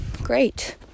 Great